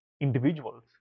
individuals